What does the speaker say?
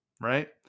right